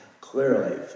clearly